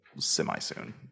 semi-soon